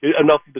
Enough